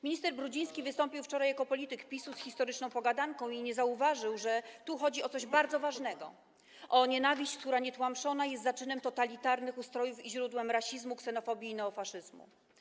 Minister Brudziński wystąpił wczoraj jako polityk PiS z historyczną pogadanką i nie zauważył, że tu chodzi o coś bardzo ważnego - o nienawiść, która nietłamszona jest zaczynem totalitarnych ustrojów i źródłem rasizmu, ksenofobii i neofaszyzmu.